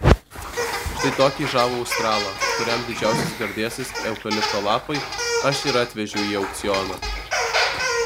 štai tokį žavų australą kuriam didžiausias gardėsis eukalipto lapai aš ir atvežiau į aukcioną